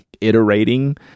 iterating